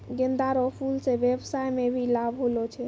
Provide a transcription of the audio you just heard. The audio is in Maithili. गेंदा रो फूल से व्यबसाय मे भी लाब होलो छै